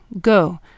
Go